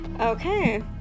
Okay